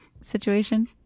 situation